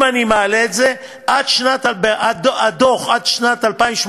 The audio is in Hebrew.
אם אני מעלה את זה, הדוח עד שנת 2018,